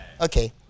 Okay